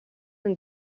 een